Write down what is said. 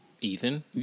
Ethan